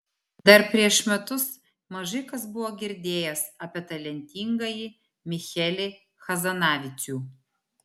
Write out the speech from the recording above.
dar prieš metus mažai kas buvo girdėjęs apie talentingąjį michelį hazanavicių